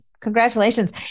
Congratulations